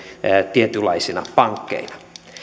tietynlaisina pankkeina